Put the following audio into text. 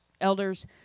elders